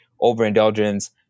overindulgence